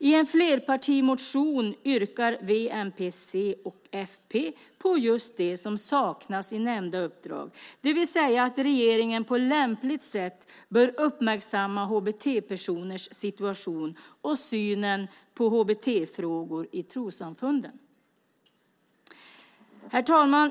I en flerpartimotion yrkar v, mp, c och fp på just det som saknas i nämnda uppdrag, det vill säga att regeringen på lämpligt sätt bör uppmärksamma HBT-personers situation och synen på HBT-frågor i trossamfunden. Herr talman!